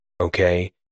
Okay